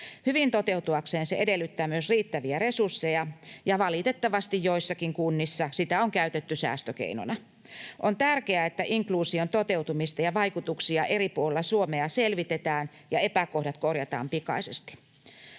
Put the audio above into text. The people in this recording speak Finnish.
Hyvin toteutuakseen se edellyttää myös riittäviä resursseja, ja valitettavasti joissakin kunnissa sitä on käytetty säästökeinona. On tärkeää, että inkluusion toteutumista ja vaikutuksia eri puolilla Suomea selvitetään ja epäkohdat korjataan pikaisesti.